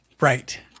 Right